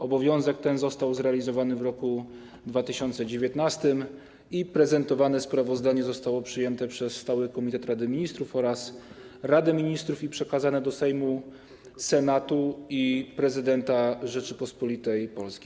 Obowiązek ten został zrealizowany w 2019 r. i prezentowane sprawozdanie zostało przyjęte przez stały komitet Rady Ministrów oraz Radę Ministrów i przekazane do Sejmu, Senatu i prezydenta Rzeczypospolitej Polskiej.